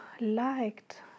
liked